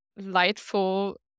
lightful